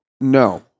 No